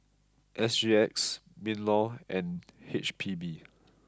S G X Minlaw and H P B